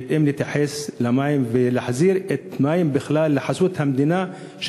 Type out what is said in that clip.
בהתאם להתייחס למים ולהחזיר את המים בכלל לחסות המדינה,